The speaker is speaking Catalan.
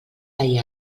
ahir